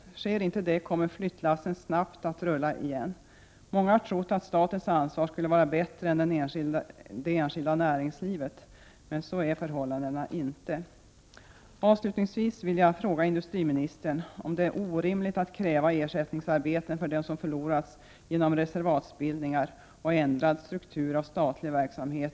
Finns det inte ett sådant kommer flyttlassen snart att rulla igen. Många har trott att statens ansvar skulle vara större än det enskilda näringslivets, men så är det inte. Avslutningsvis vill jag fråga industriministern om det är orimligt att även beträffande små inlandskommuner kräva ersättningsarbeten för dem som har förlorats till följd av reservatsbildningar och ändrade strukturer av statlig verksamhet.